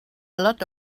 lot